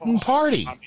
party